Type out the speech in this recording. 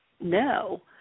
no